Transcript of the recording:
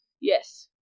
Yes